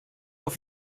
auf